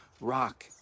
rock